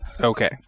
Okay